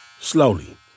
Slowly